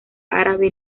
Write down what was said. árabe